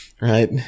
Right